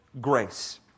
grace